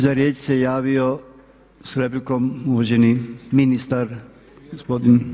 Za riječ se javio sa replikom uvaženi ministar gospodin